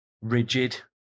rigid